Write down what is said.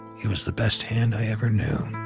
he was the best hand i ever knew.